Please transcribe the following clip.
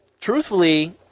truthfully